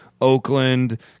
Oakland